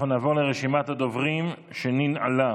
אנחנו נעבור לרשימת הדוברים, שננעלה.